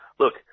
Look